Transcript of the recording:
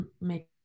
make